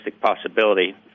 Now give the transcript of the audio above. possibility